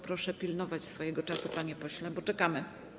Proszę pilnować swojego czasu, panie pośle, bo czekamy.